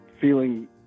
feeling